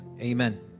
Amen